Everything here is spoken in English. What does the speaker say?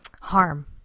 harm